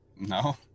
no